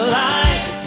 life